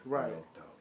Right